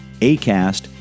Acast